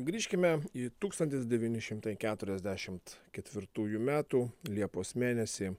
grįžkime į tūkstantis devyni šimtai keturiasdešimt ketvirtųjų metų liepos mėnesį